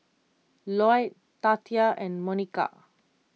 Lloyd Tatia and Monika